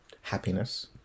happiness